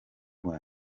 rwa